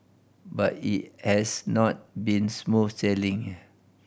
but it has not been smooth sailing